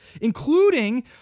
Including